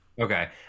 Okay